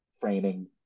framing